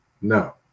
No